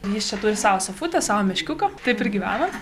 jis čia turi savo sofutę savo meškiuką taip ir gyvena